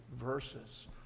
verses